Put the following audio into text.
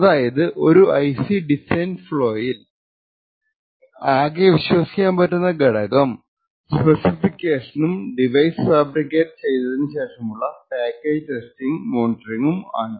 അതായത് ഒരു IC design ഫ്ളോയിൽ അകെ വിശ്വസിക്കാൻ പറ്റുന്ന ഘടകം സ്പെസിഫിക്കേഷനും ഡിവൈസ് ഫാബ്രിക്കേറ്റ് ചെയ്തതിന് ശേഷമുള്ള പാക്കേജ്ഡ് ടെസ്റ്റിങ്ങും മോനിറ്ററിങ്ങും ആണ്